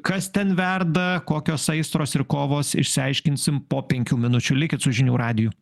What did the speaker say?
kas ten verda kokios aistros ir kovos išsiaiškinsim po penkių minučių likit su žinių radiju